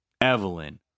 Evelyn